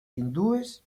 hindúes